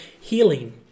healing